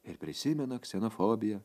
ir prisimena ksenofobija